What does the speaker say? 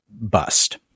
bust